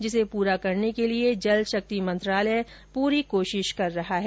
जिसे पूरा करने के लिए जल शक्ति मंत्रालय पूरी कोशिश कर रहा है